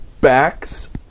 backs